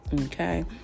Okay